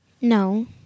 No